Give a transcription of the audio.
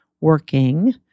working